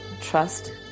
trust